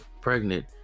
pregnant